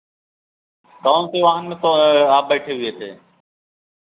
कौन से वाहन में आप बैठे हुए थे